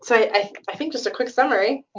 so i think just a quick summary.